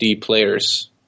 players